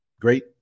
Great